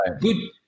good